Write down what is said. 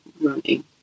running